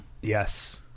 yes